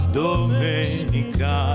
domenica